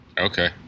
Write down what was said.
Okay